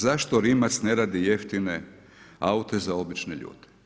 Zašto Rimac ne radi jeftine aute za obične ljude?